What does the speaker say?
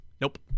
Nope